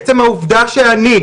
עצם העובדה שאני,